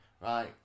Right